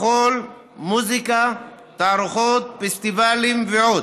מחול, מוזיקה, תערוכות, פסטיבלים ועוד,